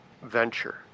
venture